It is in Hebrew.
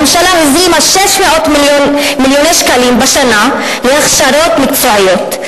הממשלה הזרימה 600 מיליון שקלים בשנה להכשרות מקצועיות,